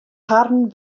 harren